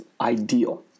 ideal